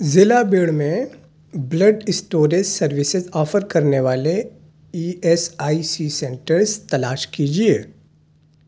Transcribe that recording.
ضلع بیڑ میں blood storage services offer کرنے والے E S I C centres تلاش کیجیے